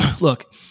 Look